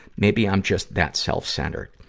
maybe i'm just that self-centered.